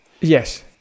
Yes